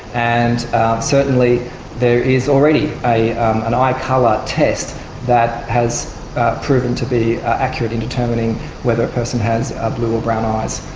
and certainly there is already an eye colour test that has proven to be accurate in determining whether a person has ah blue or brown eyes,